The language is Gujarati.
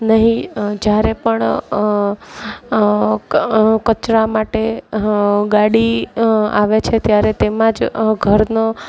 નહીં જ્યારે પણ કચરા માટે ગાડી આવે છે ત્યારે તેમાં જ ઘરનો